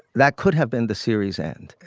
that could have been the series end.